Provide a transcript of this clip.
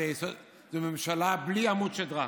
זו ממשלה בלי עמוד שדרה,